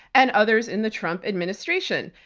and others in the trump administration.